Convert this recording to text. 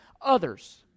others